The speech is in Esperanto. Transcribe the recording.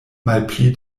malpli